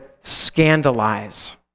scandalize